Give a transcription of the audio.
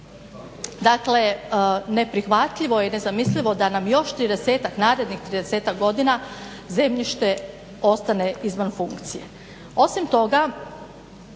Dakle neprihvatljivo je i nezamislivo da nam još 30 narednih 30 godina zemljište ostaje izvan funkcije. Osim toga